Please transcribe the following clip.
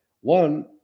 One